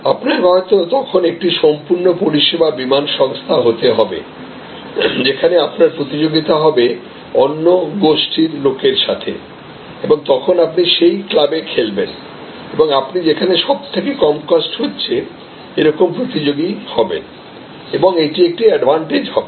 আপনাকে হয়তো তখন একটি সম্পূর্ণ পরিষেবা বিমান সংস্থা হতে হবে যেখানে আপনার প্রতিযোগিতা হবে অন্য গোষ্ঠীর লোকের সাথে এবং তখন আপনি সেই ক্লাবে খেলবেন এবং আপনি সেখানে সবথেকে কম কস্ট হচ্ছে এইরকম প্রতিযোগী হবেন এবং এটি একটি অ্যাডভান্টেজ হবে